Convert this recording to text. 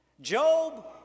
Job